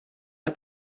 hat